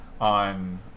on